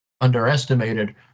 underestimated